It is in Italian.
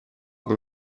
con